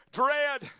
dread